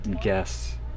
guess